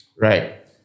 Right